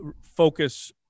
focus